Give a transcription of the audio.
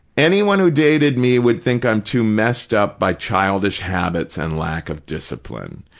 anyone who dated me would think i'm too messed up by childish habits and lack of discipline.